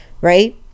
Right